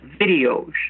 videos